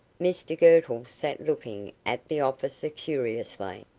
mr girtle sat looking at the officer, curiously.